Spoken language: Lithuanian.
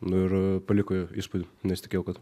nu ir paliko įspūdį nesitikėjau kad